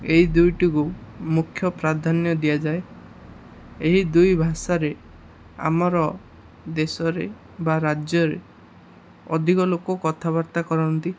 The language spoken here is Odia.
ଏହି ଦୁଇଟିକୁ ମୁଖ୍ୟ ପ୍ରାଧାନ୍ୟ ଦିଆଯାଏ ଏହି ଦୁଇ ଭାଷାରେ ଆମର ଦେଶରେ ବା ରାଜ୍ୟରେ ଅଧିକ ଲୋକ କଥାବାର୍ତ୍ତା କରନ୍ତି